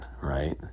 right